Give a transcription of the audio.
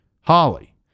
Holly